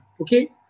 okay